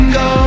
go